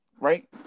right